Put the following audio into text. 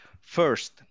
First